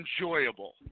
enjoyable